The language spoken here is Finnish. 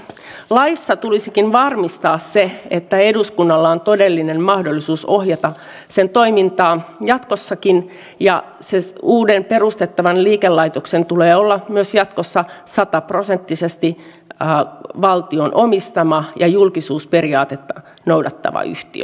laissa tulisikin varmistaa se että eduskunnalla on todellinen mahdollisuus ohjata sen toimintaa jatkossakin ja uuden perustettavan liikelaitoksen tulee olla myös jatkossa sataprosenttisesti valtion omistama ja julkisuusperiaatetta noudattava yhtiö